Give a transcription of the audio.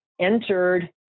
entered